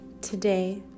Today